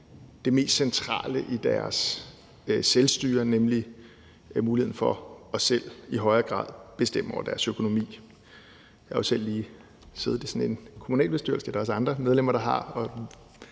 det mest centrale i deres selvstyre, nemlig muligheden for selv i højere grad at bestemme over deres økonomi. Jeg har jo selv lige siddet i sådan en kommunalbestyrelse – det er der også andre medlemmer, der har